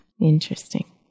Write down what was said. Interesting